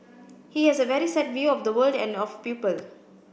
he has a very set view of the world and of people